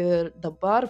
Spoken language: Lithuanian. ir dabar